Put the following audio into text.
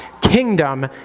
kingdom